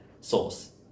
sauce